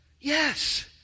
yes